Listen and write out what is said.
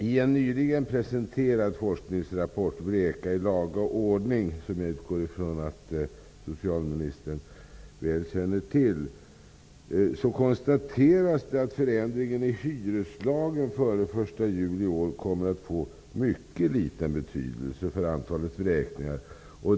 I en nyligen presenterad forskningsrapport Vräka i laga ordning, vilken jag utgår från att socialministern väl känner till, konstateras det att förändringen i hyreslagen före den 1 juli i år kommer att få mycket liten betydelse för antalet vräkningar.